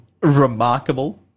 Remarkable